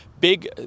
big